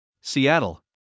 Seattle